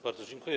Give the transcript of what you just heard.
Bardzo dziękuję.